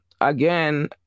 again